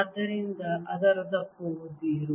ಆದ್ದರಿಂದ ಅದರ ದಪ್ಪವು 0